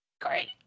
Great